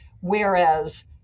whereas